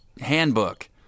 handbook